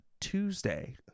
tuesday